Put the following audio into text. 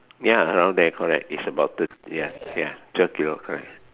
ya around there correct it's about thir~ ya ya twelve kilo correct